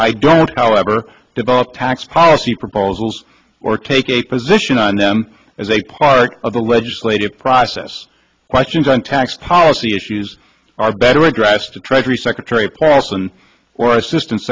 i don't however develop tax policy proposals or take a position on them as a part of the legislative process questions on tax policy issues are better addressed to treasury secretary paulson or assistant